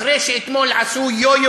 אחרי שאתמול עשו יויו